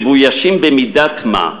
מבוישים במידת מה,